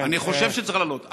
אני חושב שצריך להעלות.